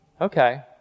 Okay